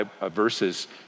verses